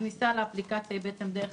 הכניסה לאפליקציה היא דרך